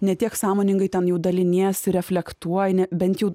ne tiek sąmoningai ten jau daliniesi reflektuoji na bent jau